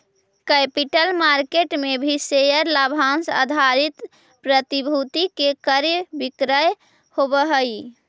capital market में भी share लाभांश आधारित प्रतिभूति के क्रय विक्रय होवऽ हई